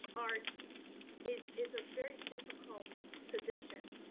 arts is is a very difficult position.